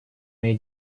моей